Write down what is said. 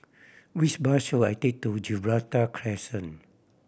which bus should I take to Gibraltar Crescent